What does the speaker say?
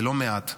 ולא מעט,